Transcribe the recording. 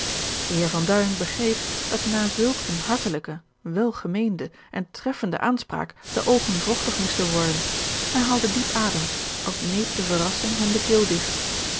de heer van duin begreep dat na zulk eene hartelijke welgemeende en treffende aanspraak de oogen vochtig moesten worden hij haalde diep adem als neep de verrassing hem de keel digt